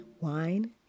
Wine